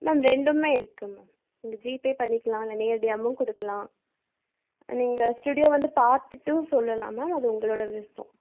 ma'am ரெண்டுமே இருக்குது ma'am நீங்கள் ஜிபே பண்ணிக்கலாம் இல்லை நேரடியாகவும் கொடுக்கலாம் நீங்கள் ஸ்டூடியோ வந்து பார்த்துட்டும் சொல்லலாம் மேம் அது உங்களோடய விருப்போம்